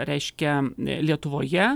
reiškia lietuvoje